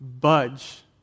budge